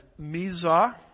Mizah